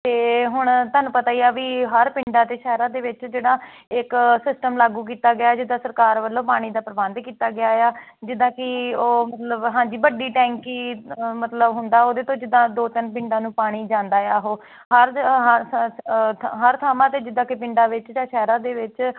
ਅਤੇ ਹੁਣ ਤੁਹਾਨੂੰ ਪਤਾ ਹੀ ਆ ਵੀ ਹਰ ਪਿੰਡਾਂ ਅਤੇ ਸ਼ਹਿਰਾਂ ਦੇ ਵਿੱਚ ਜਿਹੜਾ ਇੱਕ ਸਿਸਟਮ ਲਾਗੂ ਕੀਤਾ ਗਿਆ ਜਿੱਦਾਂ ਸਰਕਾਰ ਵੱਲੋਂ ਪਾਣੀ ਦਾ ਪ੍ਰਬੰਧ ਕੀਤਾ ਗਿਆ ਆ ਜਿੱਦਾਂ ਕਿ ਉਹ ਮਤਲਬ ਹਾਂਜੀ ਵੱਡੀ ਟੈਂਕੀ ਮਤਲਬ ਹੁੰਦਾ ਉਹਦੇ ਤੋਂ ਜਿੱਦਾਂ ਦੋ ਤਿੰਨ ਪਿੰਡਾਂ ਨੂੰ ਪਾਣੀ ਜਾਂਦਾ ਆ ਉਹ ਹਰ ਹਰ ਥਾਵਾਂ 'ਤੇ ਜਿੱਦਾਂ ਕਿ ਪਿੰਡਾਂ ਵਿੱਚ ਜਾਂ ਸ਼ਹਿਰਾਂ ਦੇ ਵਿੱਚ